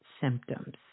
symptoms